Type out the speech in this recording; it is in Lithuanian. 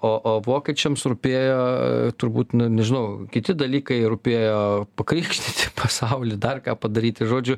o o vokiečiams rūpėjo turbūt nu nežinau kiti dalykai rūpėjo pakrikštyti pasaulį dar ką padaryti žodžiu